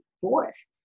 force